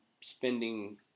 spending